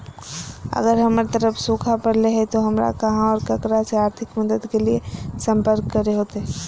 अगर हमर तरफ सुखा परले है तो, हमरा कहा और ककरा से आर्थिक मदद के लिए सम्पर्क करे होतय?